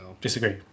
Disagree